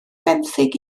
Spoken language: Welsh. benthyg